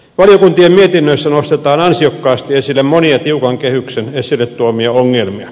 valiokuntien mietinnöissä nostetaan ansiokkaasti esille monia tiukan kehyksen esille tuomia ongelmia